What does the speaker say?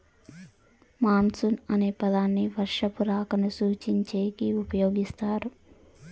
monsoon అనే పదాన్ని వర్షపు రాకను సూచించేకి ఉపయోగిస్తారు